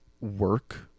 work